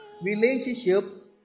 relationship